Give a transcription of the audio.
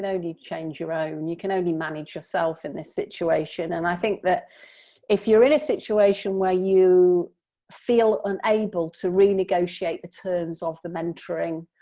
only change your own. you can only manage yourself in this situation. and i think that if you're in a situation where you feel unable to renegotiate the terms of the mentoring